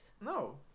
No